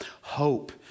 Hope